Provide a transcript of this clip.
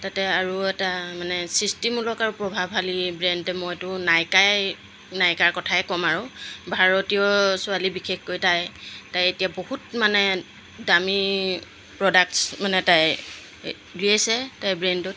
তাতে আৰু এটা মানে সৃষ্টিমূলক আৰু প্ৰভাৱশালী ব্ৰেণ্ড মইতো নাইকাই নাইকাৰ কথাই ক'ম আৰু ভাৰতীয় ছোৱালী বিশেষকৈ তাই তাই এতিয়া বহুত মানে দামী প্ৰডাক্টছ মানে তাই উলিয়াইছে তাই ব্ৰেণ্ডত